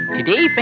Today